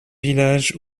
villages